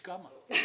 יש כמה...